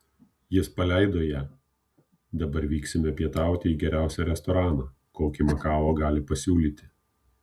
jis paleido ją dabar vyksime pietauti į geriausią restoraną kokį makao gali pasiūlyti